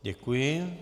Děkuji.